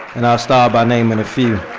and i'll start by naming a few.